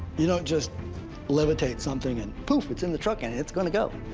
you don't just levitate something and, poof, it's in the truck, and it's gonna go.